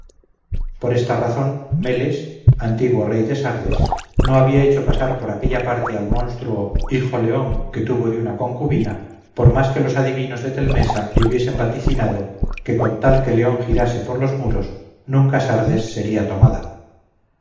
carecía de guardia meles antiguo rey de sardes no había hecho pasar por aquella parte al leon hijo que tuvo de una concubina por más que los adivinos de telmesa le hubiesen vaticinado que con tal de que leon rodease la muralla sardes jamás sería